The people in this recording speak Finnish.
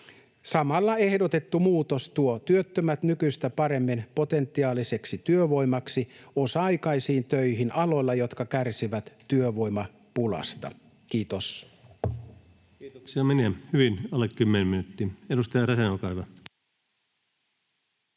Samalla ehdotettu muutos tuo työttömät nykyistä paremmin potentiaaliseksi työvoimaksi osa-aikaisiin töihin aloilla, jotka kärsivät työvoimapulasta. — Kiitos. [Speech 186] Speaker: Ensimmäinen varapuhemies